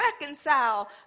reconcile